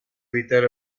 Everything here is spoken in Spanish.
evitar